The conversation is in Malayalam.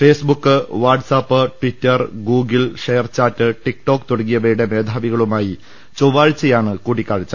Facebook WhatsApp Twitter Google ShareChat TikTok തുടങ്ങിയവയുടെ മേധാവികളുമായി ചൊവ്വാഴ്ചയാണ് കൂടിക്കാഴ്ച